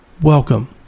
Welcome